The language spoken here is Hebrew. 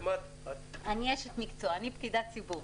אני אשת מקצוע, אני פקידת ציבור.